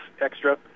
extra